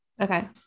Okay